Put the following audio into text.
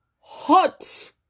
hot